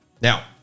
Now